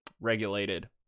regulated